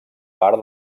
part